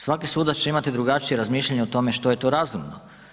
Svaki sudac će imati drugačije razmišljanje o tome što je to razumno.